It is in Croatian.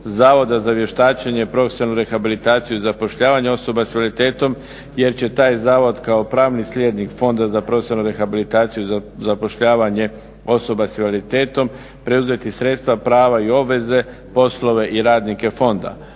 Zavoda za vještačenje profesionalnu rehabilitaciju i zapošljavanje osoba s invaliditetom jer će taj zavod kao pravni slijednik Fonda za profesionalnu rehabilitaciju za zapošljavanje osoba s invaliditetom preuzeti sredstva, prava i obveze, poslove i radnike fonda.